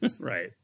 Right